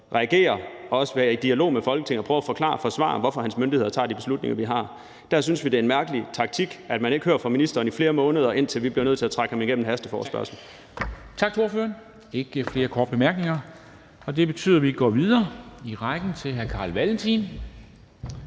og også er i dialog med Folketinget og prøver at forsvare og forklare, hvorfor hans myndighed har taget de beslutninger, de har taget. Og der synes vi, det er en mærkelig taktik, at man ikke hører fra ministeren i flere måneder, så vi bliver nødt til at trække ham igennem en hasteforespørgsel.